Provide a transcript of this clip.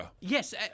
Yes